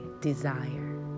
desire